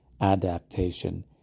adaptation